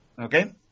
okay